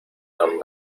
tan